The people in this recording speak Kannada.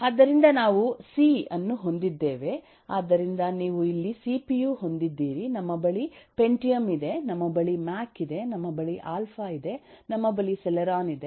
ಆದ್ದರಿಂದ ನಾವು ಸಿ ಅನ್ನು ಹೊಂದಿದ್ದೇವೆ ಆದ್ದರಿಂದ ನೀವು ಇಲ್ಲಿ ಸಿಪಿಯು ಹೊಂದಿದ್ದೀರಿ ನಮ್ಮ ಬಳಿ ಪೆಂಟಿಯಮ್ ಇದೆ ನಮ್ಮ ಬಳಿ ಮ್ಯಾಕ್ ಇದೆ ನಮ್ಮ ಬಳಿ ಆಲ್ಫಾ ಇದೆ ನಮ್ಮ ಬಳಿ ಸೆಲೆರಾನ್ ಇದೆ